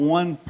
one